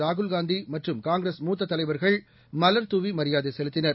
ராகுல்காந்திமற்றும் காங்கிரஸ் மூத்ததலைவர்கள் மலர் தூவிமரியாதைசெலுத்தினர்